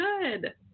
good